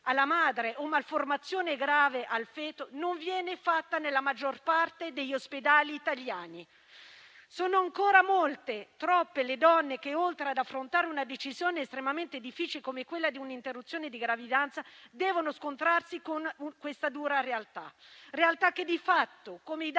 alla madre o malformazione grave del feto, non viene fatta nella maggior parte degli ospedali italiani. Sono ancora molte, troppe le donne che, oltre ad affrontare una decisione estremamente difficile come quella di un'interruzione di gravidanza, devono scontrarsi con questa dura realtà, che di fatto, come i